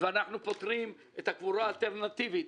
אנחנו פותרים את בעיית הקבורה האלטרנטיבית.